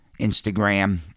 Instagram